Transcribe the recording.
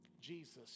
Jesus